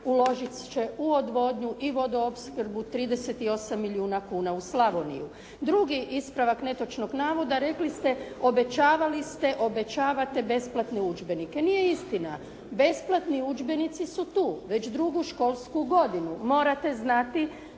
uložit će u odvodnju i vodoopskrbu 38 milijuna kuna u Slavoniju. Drugi ispravak netočnog navoda. Rekli ste obećavali ste, obećavate besplatne udžbenike. Nije istina. Besplatni udžbenici su tu već drugu školsku godinu. Morate znate